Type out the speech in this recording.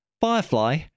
Firefly